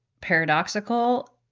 paradoxical